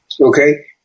okay